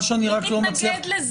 מי מתנגד לזה.